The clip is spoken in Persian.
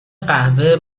قهوه